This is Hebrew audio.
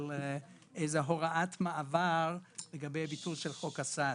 איזה הוראת מעבר לגבי ביטול של חוק הסעד,